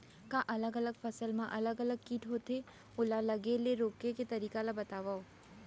का अलग अलग फसल मा अलग अलग किट होथे, ओला लगे ले रोके के तरीका ला बतावव?